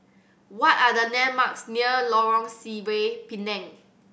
what are the landmarks near Lorong Sireh Pinang